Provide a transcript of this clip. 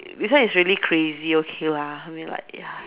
this one is really crazy okay lah I mean like ya